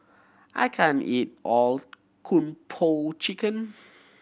I can't eat all Kung Po Chicken